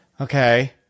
okay